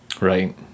Right